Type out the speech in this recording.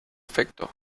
afecto